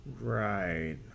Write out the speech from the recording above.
Right